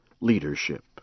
leadership